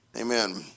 Amen